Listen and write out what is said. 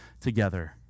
together